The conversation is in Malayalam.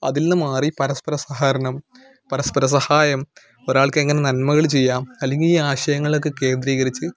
അതിൽ നിന്ന് മാറി പരസ്പര സഹകരണം പരസ്പരസഹായം ഒരാൾക്കെങ്ങനെ നന്മകൾചെയ്യാം അല്ലെങ്കിൽ ഈ ആശയങ്ങളൊക്കെ കേന്ദ്രീകരിച്ച്